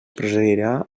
procedirà